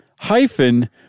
hyphen